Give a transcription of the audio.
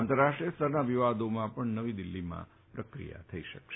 આંતરરાષ્ટ્રીય સ્તરના વિવાદોમાં પણ નવી દિલ્ફીમાં પ્રક્રિયા કરી શકાશે